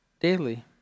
daily